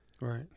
Right